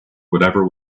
whatever